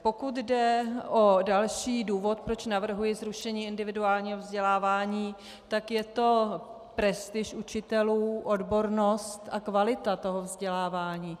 Pokud jde o další důvod, proč navrhuji zrušení individuálního vzdělávání, tak je to prestiž učitelů, odbornost a kvalita vzdělávání.